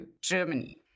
Germany